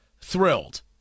thrilled